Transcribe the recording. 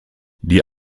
die